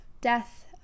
death